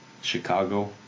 Chicago